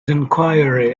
enquiry